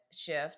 shift